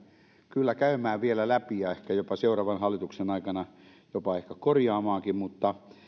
kyllä käymään vielä läpi ja ehkä seuraavan hallituksen aikana jopa korjaamaankin mutta